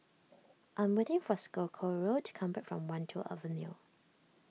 I'm waiting for Socorro to come back from Wan Tho Avenue